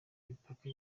imipaka